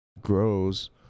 grows